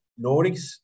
Nordics